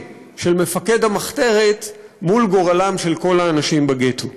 של מפקד המחתרת מול גורלם של כל האנשים בגטו.